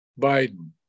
Biden